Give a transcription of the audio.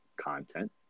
content